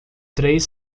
três